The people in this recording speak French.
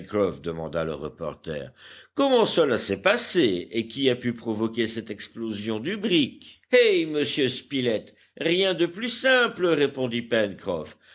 demanda le reporter comment cela s'est passé et qui a pu provoquer cette explosion du brick eh monsieur spilett rien de plus simple répondit